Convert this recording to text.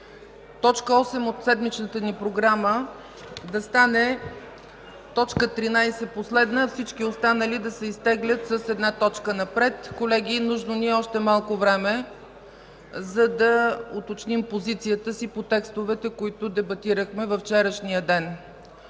т. 8 от седмичната ни програма да стане т. 13 – последна, а всички останали да се изтеглят с една точка напред. Колеги, нужно ни е още малко време, за да уточним позицията си по текстовете, които дебатирахме във вчерашния ден.